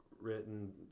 written